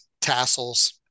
tassels